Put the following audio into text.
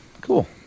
Cool